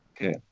Okay